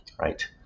right